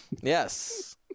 Yes